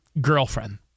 girlfriend